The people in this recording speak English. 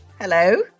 Hello